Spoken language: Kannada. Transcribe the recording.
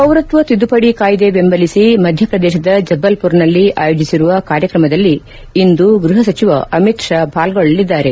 ಪೌರತ್ವ ತಿದ್ದುಪಡಿ ಕಾಯ್ದೆ ಬೆಂಬಲಿಸಿ ಮಧ್ಯಪ್ರದೇಶ ಜಬ್ಬಲ್ಪುರ್ನಲ್ಲಿ ಆಯೋಜಿಸಿರುವ ಕಾರ್ಯಕ್ರಮದಲ್ಲಿ ಇಂದು ಗೃಹ ಸಚಿವ ಅಮಿತ್ ಶಾ ಪಾಲ್ಗೊಳ್ಳಲಿದ್ದಾರೆ